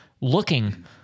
looking